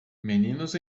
meninos